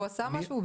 הוא עשה משהו?